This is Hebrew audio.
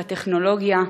בטכנולוגיה,